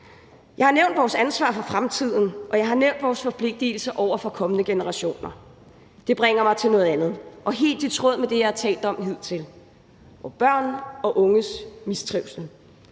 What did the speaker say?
Jeg har nævnt vores ansvar for fremtiden, og jeg har nævnt vores forpligtigelser over for kommende generationer. Det bringer mig til noget andet og noget, der er helt i tråd med det, jeg har talt om hidtil, nemlig børn og unges mistrivsel.